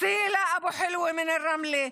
סילא אבו חלאווה מרמלה,